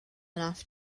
enough